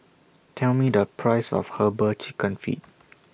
Tell Me The Price of Herbal Chicken Feet